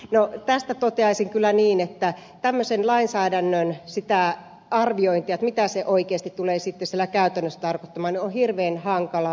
no tästä toteaisin kyllä niin että tämmöisen lainsäädännön arviointia mitä se oikeasti tulee sitten käytännössä tarkoittamaan on hirveän hankala saada